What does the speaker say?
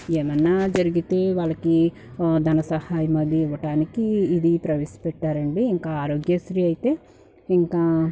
ఏమన్నా జరిగితే వాళ్లకి ధన సహాయమది ఇవ్వడానికి ఇది ప్రవేశపెట్టారండి ఇంకా ఆరోగ్యశ్రీ అయితే ఇంకా